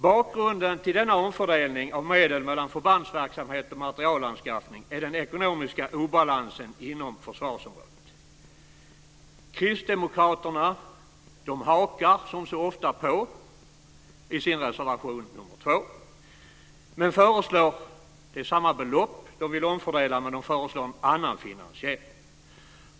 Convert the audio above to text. Bakgrunden till denna omfördelning av medel mellan förbandsverksamhet och materialanskaffning är den ekonomiska obalansen inom försvarsområdet. Kristdemokraterna hakar som så ofta på i sin reservation nr 2. Det är samma belopp de vill omfördela, men de föreslår en annan finansiering.